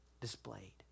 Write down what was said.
displayed